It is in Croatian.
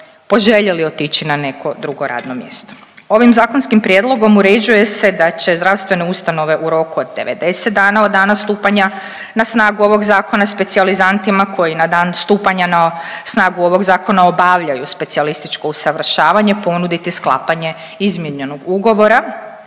poželjeli otići na neko drugo radno mjesto. Ovim zakonskim prijedlogom uređuje se da će zdravstvene ustanove u roku od 90 dana od dana stupanja na snagu ovog zakona specijalizantima koji na dan stupanja na snagu ovog zakona obavljaju specijalističko usavršavanje ponuditi sklapanje izmijenjenog ugovora